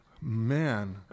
Man